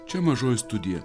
čia mažoji studija